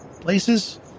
places